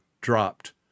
dropped